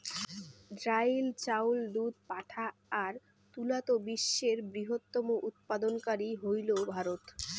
ডাইল, চাউল, দুধ, পাটা আর তুলাত বিশ্বের বৃহত্তম উৎপাদনকারী হইল ভারত